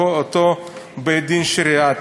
אותו בית-דין שרעי.